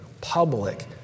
public